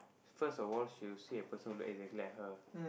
first of all she will see a person who look exactly like her